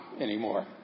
anymore